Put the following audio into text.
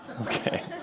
Okay